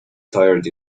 tired